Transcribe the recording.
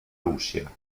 russia